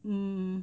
um